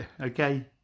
okay